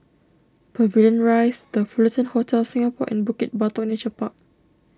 Pavilion Rise the Fullerton Hotel Singapore and Bukit Batok Nature Park